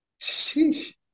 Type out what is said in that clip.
Sheesh